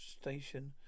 station